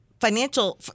Financial